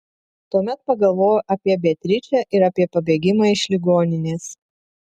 tuomet pagalvoju apie beatričę ir apie pabėgimą iš ligoninės